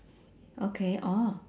okay oh